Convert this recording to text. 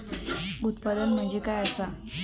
उत्पादन म्हणजे काय असा?